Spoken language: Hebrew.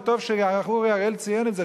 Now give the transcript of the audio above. וטוב שחבר הכנסת אורי אריאל ציין את זה,